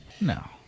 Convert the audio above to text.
No